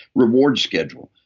reward schedule.